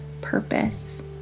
purpose